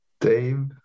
Dave